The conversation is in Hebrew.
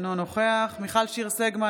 אינו נוכח מיכל שיר סגמן,